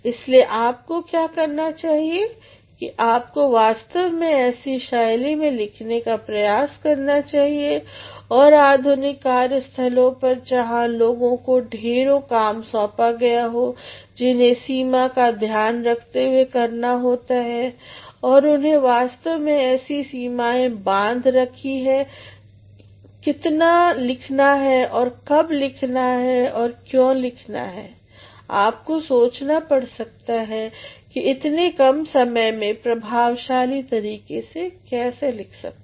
इसलिए आपको क्या करना चाहिए कि आपको वास्तव में ऐसी शैली में लिखने का प्रयास करना चाहिए और आधुनिक कार्यस्थलों पर जहां लोगों को ढेरों काम सौंपा गया हो जिन्हें समय सीमा का ध्यान रखते हुए करना होता है और उन्होंने वास्तव में ऐसी सीमाएं बाँध रखी हैं कि कितना लिखना है और कब लिखना है और क्यों लिखना है आपको सोचना पड़ सकता कि इतने कम समय में प्रभावशाली तरीके से कैसे लिख सकते